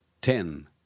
Ten